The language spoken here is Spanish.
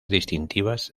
distintivas